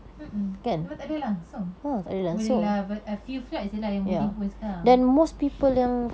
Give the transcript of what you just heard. mmhmm memang tak boleh langsung boleh lah but a few flights jer yang boleh pun sekarang